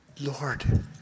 Lord